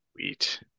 Sweet